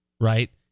Right